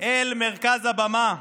אל מרכז הבמה,